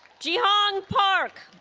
ji hong park